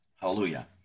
hallelujah